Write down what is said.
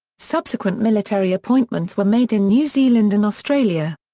subsequent military appointments were made in new zealand and australia.